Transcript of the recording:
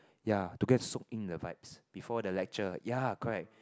ya to get soak in the vibes before the lecture ya correct